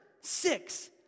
six